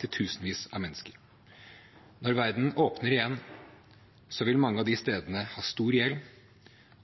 til tusenvis av mennesker. Når verden åpner igjen, vil mange av disse stedene ha stor gjeld.